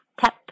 tap